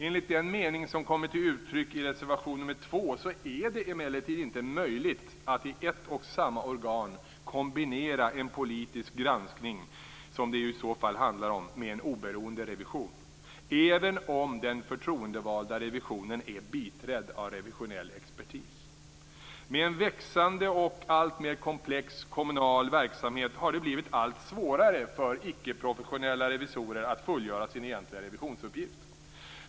Enligt den mening som kommer till uttryck i reservation nr 2 är det emellertid inte möjligt att i ett och samma organ kombinera en politisk granskning, som det ju i så fall handlar om, med en oberoende revision, även om den förtroendevalda revisionen är biträdd av revisionell expertis. Med en växande och alltmer komplex kommunal verksamhet har det blivit allt svårare för icke-professionella revisorer att fullgöra sin egentliga revisionsuppgift.